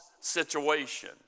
situation